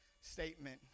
statement